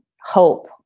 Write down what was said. hope